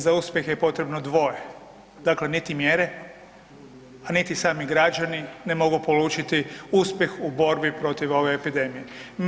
Za uspjeh je potrebno dvoje, dakle nit mjere, a niti sami građani ne mogu polučiti uspjeh u borbi protiv ove epidemije.